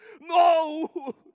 No